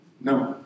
No